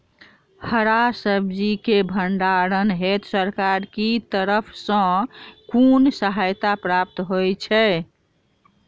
हरा सब्जी केँ भण्डारण हेतु सरकार की तरफ सँ कुन सहायता प्राप्त होइ छै?